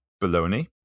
bologna